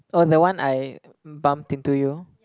oh the one I bumped into you